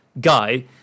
guy